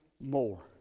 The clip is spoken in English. more